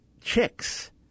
chicks